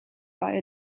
via